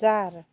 चार